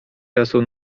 czasu